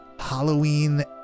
Halloween